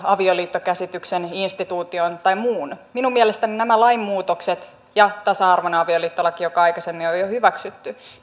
avioliittokäsityksen instituution tai muun minun mielestäni nämä lainmuutokset ja tasa arvoinen avioliittolaki joka aikaisemmin on jo hyväksytty